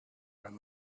when